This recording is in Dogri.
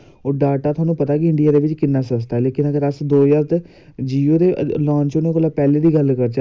बड़ा मतलव कि इयां मना ई खुशी जन मिलदी ऐ इयां बड़ी खुशी मिलदी जिल्लै मैं खेलना होन्नां ते मैं इयै चाह्न्नां कि